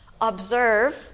observe